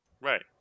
Right